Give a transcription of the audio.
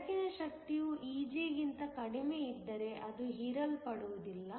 ಬೆಳಕಿನ ಶಕ್ತಿಯು Eg ಗಿಂತ ಕಡಿಮೆಯಿದ್ದರೆ ಅದು ಹೀರಲ್ಪಡುವುದಿಲ್ಲ